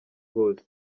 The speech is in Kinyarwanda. bose